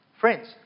Friends